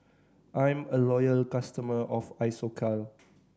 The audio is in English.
I'm a loyal customer of Isocal